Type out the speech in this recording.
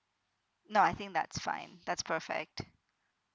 no I think that's fine that's perfect